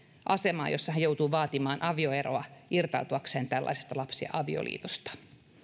asemaan jossa hän joutuu vaatimaan avioeroa irtautuakseen tällaisesta lapsiavioliitosta